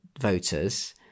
voters